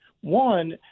One